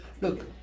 Look